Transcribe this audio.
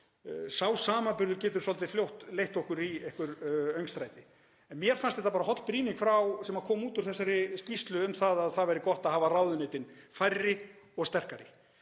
Sá samanburður getur svolítið fljótt leitt okkur í einhver öngstræti. En mér fannst þetta bara holl brýning sem kom út úr þessari skýrslu um að það væri gott að hafa ráðuneytin færri og sterkari.